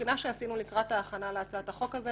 מהבחינה שעשינו לקראת ההכנה להצעת החוק הזו,